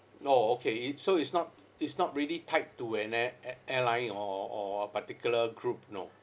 orh okay it's so it's not it's not really tied to an air~ a~ airline or or or a particular group no